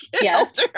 Yes